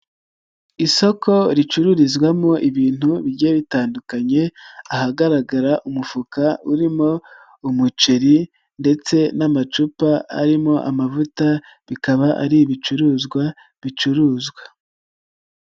Isoko ricururizwamo ibintu bijye bitandukanye, ahagaragara umufuka urimo umuceri ndetse n'amacupa arimo amavuta, bikaba ari ibicuruzwa bicuruzwa.